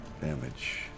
damage